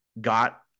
got